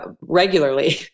regularly